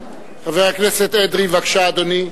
חבר הכנסת אדרי, בבקשה, אדוני,